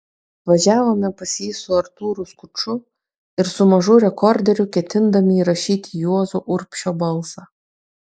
važiavome pas jį su artūru skuču ir su mažu rekorderiu ketindami įrašyti juozo urbšio balsą